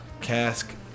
Cask